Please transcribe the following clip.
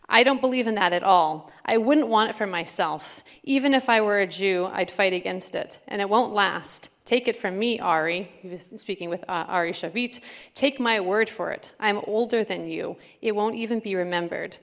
i don't believe in that at all i wouldn't want it for myself even if i were a jew i'd fight against it and it won't last take it from me ari he was speaking with ari sure beats take my word for it i'm older than you it won't even be remembered